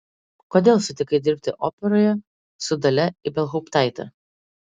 kodėl sutikai dirbti operoje su dalia ibelhauptaite